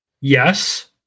yes